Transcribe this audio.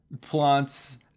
plants